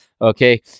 okay